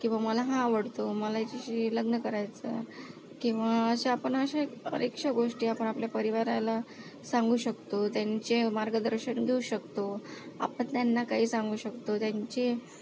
किंवा मला हा आवडतो मला याच्याशी लग्न करायचं आहे किंवा अशा आपण अशा अनेकशा गोष्टी आपण आपल्या परिवाराला सांगू शकतो त्यांचे मार्गदर्शन घेऊ शकतो आपण त्यांना काही सांगू शकतो त्यांचे